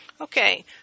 Okay